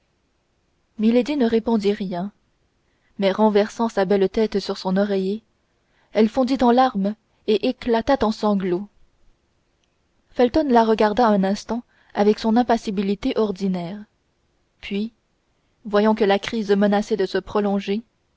ne répondit point mais renversant sa belle tête sur son oreiller elle fondit en larmes et éclata en sanglots felton la regarda un instant avec son impassibilité ordinaire puis voyant que la crise menaçait de se prolonger